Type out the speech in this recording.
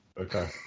Okay